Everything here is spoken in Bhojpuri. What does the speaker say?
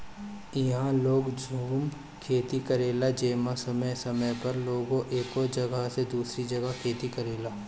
इहा लोग झूम खेती करेला जेमे समय समय पर लोग एगो जगह से दूसरी जगह खेती करेला